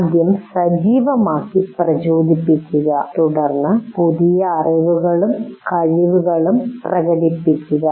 ആദ്യം സജീവമാക്കി പ്രചോദിപ്പിക്കുക തുടർന്ന് പുതിയ അറിവും കഴിവുകളും പ്രകടിപ്പിക്കുക